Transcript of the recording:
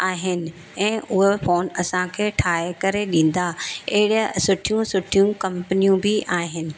आहिनि ऐं हूअ फोन असांखे ठाहे करे ॾींदा अहिड़े सुठियूं सुठियूं कंपनियूं बि आहिनि